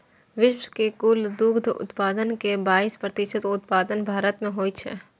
विश्व के कुल दुग्ध उत्पादन के बाइस प्रतिशत उत्पादन भारत मे होइ छै